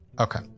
Okay